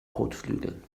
kotflügeln